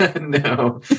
No